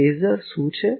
phasor શું છે